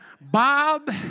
Bob